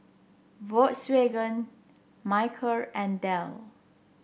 Volkswagen Mediheal and Dell